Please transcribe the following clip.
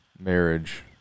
marriage